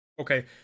okay